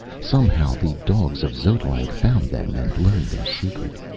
somehow the dogs of xotalanc found them and learned their secret.